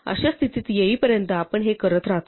अशा स्थितीत येईपर्यंत आपण हे करत राहतो